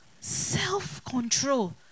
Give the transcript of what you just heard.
self-control